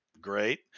great